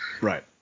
Right